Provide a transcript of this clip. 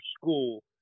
school